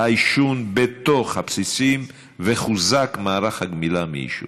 העישון בתוך הבסיסים וחוזק מערך הגמילה מעישון.